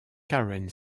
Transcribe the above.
karen